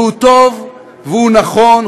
והוא טוב, והוא נכון.